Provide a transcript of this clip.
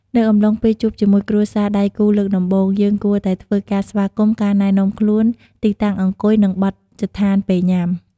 នៅអំឡុងពេលជួបជាមួយគ្រួសារដៃគូលើកដំបូង យើងគួរតែធ្វើការស្វាគម៍ ការណែនាំខ្លួន ទីតាំងអង្គុយនិងបទដ្ឋានពេលញ៉ាំ។